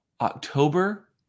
October